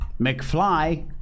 McFly